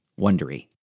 wondery